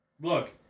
Look